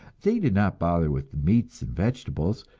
they did not bother with the meats and vegetables,